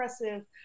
impressive